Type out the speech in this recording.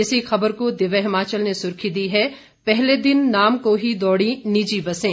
इसी खबर को दिव्य हिमाचल ने सुर्खी दी है पहले दिन नाम को ही दौड़ी निजी बसें